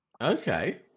Okay